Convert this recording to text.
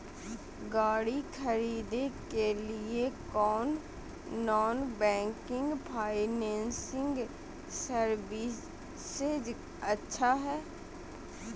गाड़ी खरीदे के लिए कौन नॉन बैंकिंग फाइनेंशियल सर्विसेज अच्छा है?